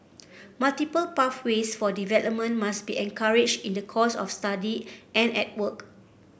multiple pathways for development must be encouraged in the course of study and at work